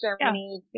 Germany